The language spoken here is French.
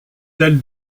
telle